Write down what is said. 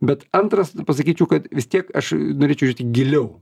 bet antras pasakyčiau kad vis tiek aš norėčiau žėti giliau